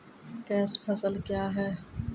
Cash फसल क्या हैं?